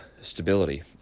stability